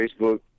Facebook